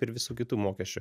ir visų kitų mokesčių